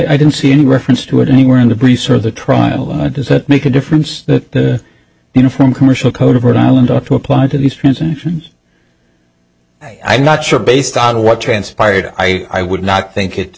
don't see any reference to it anywhere in the briefs or the trial that does it make a difference that the uniform commercial code of rhode island ought to apply to these transactions i not sure based on what transpired i i would not think it